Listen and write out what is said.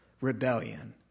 rebellion